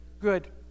good